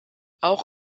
auch